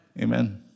Amen